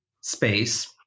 space